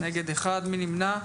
1. מי נמנע?